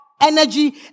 energy